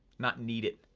not need it,